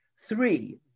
Three